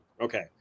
Okay